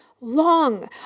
long